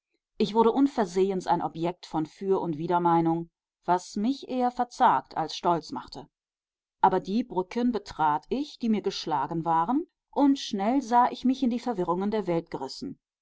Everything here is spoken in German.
ich wurde unversehens ein objekt von für und widermeinung was mich eher verzagt als stolz machte aber die brücken betrat ich die mir geschlagen waren und schnell sah ich mich in die verwirrungen der welt gerissen